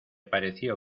pareció